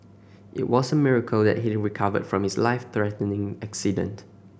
it was a miracle that he recovered from his life threatening accident